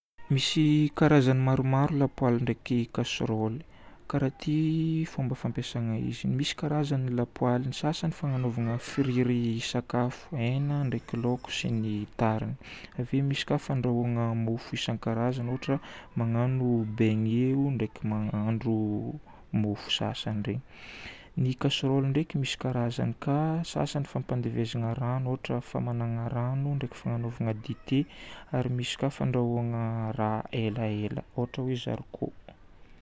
Misy karazagny maromaro lapoaly ndraiky casseroly. Karaha ty fomba fampiasana izy. Misy karazagny ny lapoaly. Ny sasany fagnanovana friry sakafo: hena, ndraiky laoko sy ny tariny. Ave misy ka fandrahoagna mofo isankarazany ohatra magnano beignet, ndraiky mahandro mofo sasany regny. Ny casserole ndraiky misy karazany ka sasany fampandevezana rano ohatra famanana rano, ndraiky fagnanovana dite ary misy ka fandrahoagna raha elaela, ohatra hoe zarikô.